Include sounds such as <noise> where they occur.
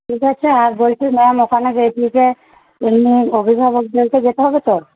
ঠিক আছে আর বলছি ম্যাম ওখানে <unintelligible> অভিভাবকদেরকে যেতে হবে তো